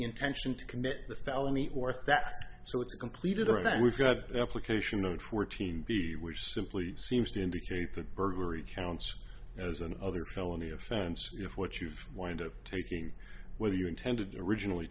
intention to commit the felony or theft so it's completed or that we've got replication of fourteen b which simply seems to indicate that burglary counts as an other felony offense if what you've wind of taking whether you intended originally